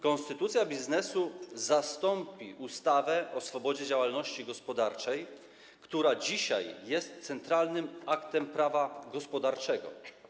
Konstytucja biznesu zastąpi ustawę o swobodzie działalności gospodarczej, która dzisiaj jest centralnym aktem prawa gospodarczego.